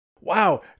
Wow